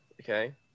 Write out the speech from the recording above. okay